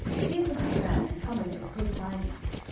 he is a good man, and cometh with good tidings.